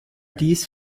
dies